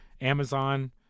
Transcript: Amazon